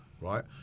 right